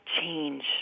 change